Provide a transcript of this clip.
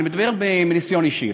אני מדבר מניסיון אישי.